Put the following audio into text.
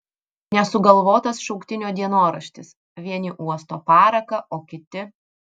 nesugalvotas šauktinio dienoraštis vieni uosto paraką o kiti